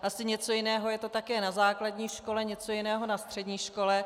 Asi něco jiného je to také na základní škole, něco jiného na střední škole.